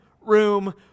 room